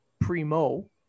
Primo